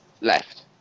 Left